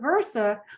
versa